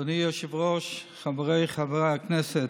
אדוני היושב-ראש, חבריי חברי הכנסת,